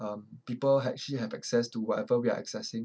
um people actually have access to whatever we are accessing